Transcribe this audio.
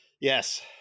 yes